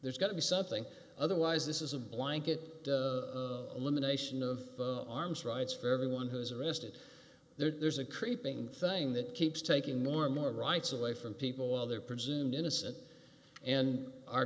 there's got to be something otherwise this is a blanket elimination of arms rights for everyone who's arrested there's a creeping thing that keeps taking more and more rights away from people while they're presumed innocent and our